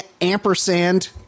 ampersand